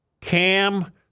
Cam